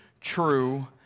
true